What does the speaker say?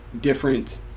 different